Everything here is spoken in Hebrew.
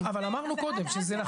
אבל אז זה באמת מגיע לדיונים משפטיים.